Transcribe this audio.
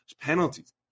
penalties